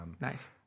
nice